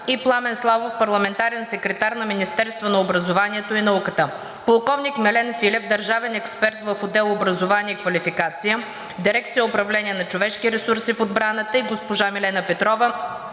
и Пламен Славов – парламентарен секретар на Министерството на образованието и науката, полковник Милен Филев – държавен експерт в отдел „Образование и квалификация“, дирекция „Управление на човешките ресурси в обраната“, и госпожа Милена Петрова